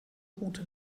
route